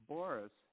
Boris